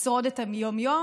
לשרוד את היום-יום,